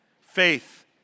Faith